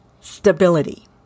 stability